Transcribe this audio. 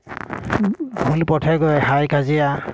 ভুল পথে গৈ হাই কাজিয়া